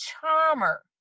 charmer